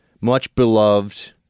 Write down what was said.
much-beloved